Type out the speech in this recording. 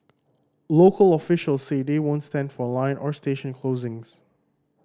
local officials say they won't stand for line or station closings